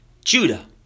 Judah